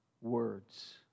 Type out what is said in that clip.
Words